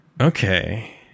Okay